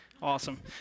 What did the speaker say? awesome